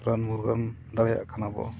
ᱨᱟᱱ ᱢᱩᱨᱜᱟᱹᱱ ᱫᱟᱲᱮᱭᱟᱜ ᱠᱟᱱᱟ ᱵᱚᱱ